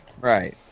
Right